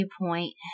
viewpoint